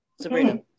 Sabrina